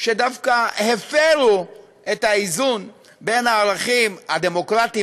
שדווקא הפרו את האיזון בין הערכים הדמוקרטיים